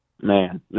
Man